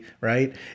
right